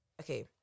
okay